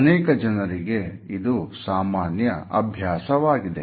ಅನೇಕ ಜನರಿಗೆ ಇದು ಸಾಮಾನ್ಯ ಅಭ್ಯಾಸವಾಗಿದೆ